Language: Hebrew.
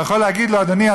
אתה יכול להגיד לו: אדוני,